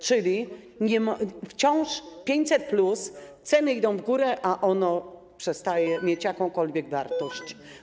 Czyli jest to wciąż 500+, a ceny idą w górę i ono przestaje mieć jakąkolwiek wartość.